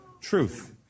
truth